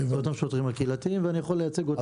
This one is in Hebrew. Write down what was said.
אותם השוטרים הקהילתיים ואני יכול לייצג אותם.